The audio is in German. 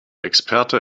experte